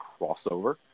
crossover